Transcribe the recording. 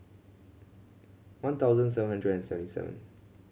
one thousand seven hundred and seventy seven